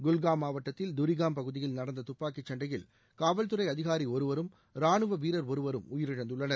குல்காம் மாவட்டத்தில் துரிகாம் பகுதியில் நடந்த துப்பாக்கிச் சண்டையில் காவல்துறை அதிகாரி ஒருவரும் ராணுவ வீரர் ஒருவரும் உயிரிழந்துள்ளனர்